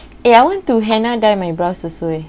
eh I want to henna dye my brows also leh